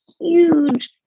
huge